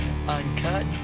uncut